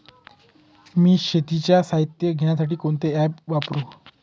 मी शेतीचे साहित्य घेण्यासाठी कोणते ॲप वापरु?